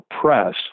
Press